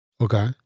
okay